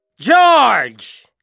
George